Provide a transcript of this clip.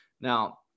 Now